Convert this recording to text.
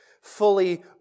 fully